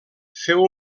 feu